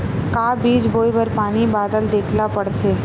का बीज बोय बर पानी बादल देखेला पड़थे?